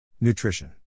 Nutrition